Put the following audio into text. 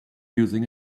using